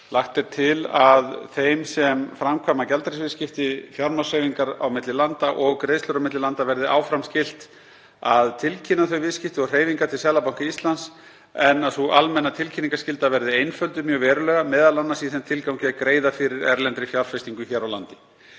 Lagt er til að þeim sem framkvæma gjaldeyrisviðskipti, fjármagnshreyfingar á milli landa og greiðslur á milli landa verði áfram skylt að tilkynna þau viðskipti og hreyfingar til Seðlabanka Íslands en að sú almenna tilkynningarskylda verði einfölduð mjög verulega, m.a. í þeim tilgangi að greiða fyrir erlendri fjárfestingu hér á landi.